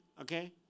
okay